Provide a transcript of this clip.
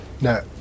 No